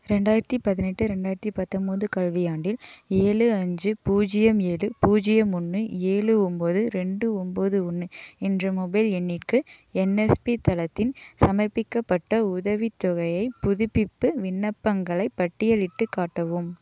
ரெண்டாயிரத்து பதினெட்டு ரெண்டாயிரத்து பத்தொம்பது கல்வியாண்டில் ஏலு அஞ்சு பூஜ்ஜியம் ஏழு பூஜ்ஜியம் ஒன்று ஏழு ஒம்பது ரெண்டு ஒம்பது ஒன்று என்ற மொபைல் எண்ணிற்கு என்எஸ்பி தளத்தின் சமர்ப்பிக்கப்பட்ட உதவித்தொகையைப் புதுப்பிப்பு விண்ணப்பங்களைப் பட்டியலிட்டுக் காட்டவும்